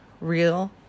real